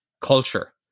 culture